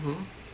hmm